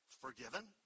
forgiven